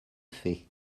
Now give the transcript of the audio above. fait